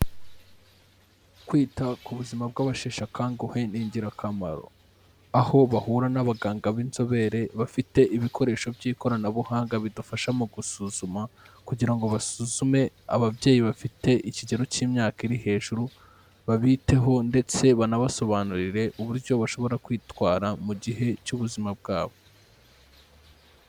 Kwita ku buzima bw'abasheshakanguhe ni ingirakamaro. Aho bahura n'abaganga b'inzobere bafite ibikoresho by'ikoranabuhanga bidufasha mu gusuzuma, kugira ngo basuzume ababyeyi bafite ikigero cy'imyaka iri hejuru, babiteho, ndetse banabasobanurire uburyo bashobora kwitwara mu gihe cy'ubuzima bwabo.